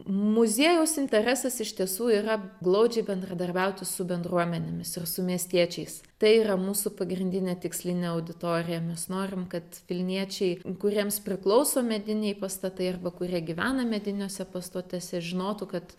muziejaus interesas iš tiesų yra glaudžiai bendradarbiauti su bendruomenėmis ir su miestiečiais tai yra mūsų pagrindinė tikslinė auditorija mes norim kad vilniečiai kuriems priklauso mediniai pastatai arba kurie gyvena mediniuose pastatuose žinotų kad